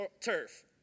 turf